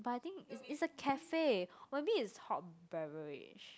but I think it's it's a cafe or maybe it's hot beverage